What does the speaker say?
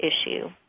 issue